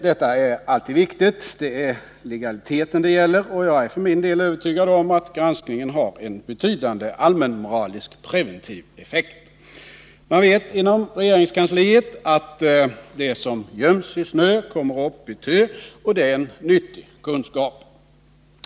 Detta är alltid viktigt — det är legaliteten det gäller, och jag är för min del övertygad om att granskningen har en betydande allmänmoraliskt preventiv effekt. Man vet inom regeringskansliet att det som göms i snö kommer upp i tö, och det är en nyttig kunskap.